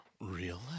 Real